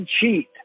cheat